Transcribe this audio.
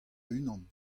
unan